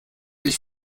ich